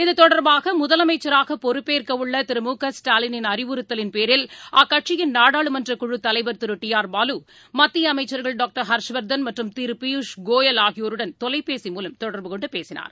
இத்தொடர்பாகமுதலமைச்சராகபொறுப்பேற்கஉள்ளதிரு மு க ஸ்டாலினின்அறிவுறுத்தலின் பேரில் அக்கட்சியின் நாடாளுமன்றகுழுத் தலைவர் திரு டி ஆர் பாலு மத்தியஅமைச்சர்கள் டாக்டர் ஹர்ஷ்வர்தன் மற்றும் திருபியூஷ் கோயல் ஆகியோருடன் தொலைபேசி மூலம் தொடர்பு கொண்டுபேசினார்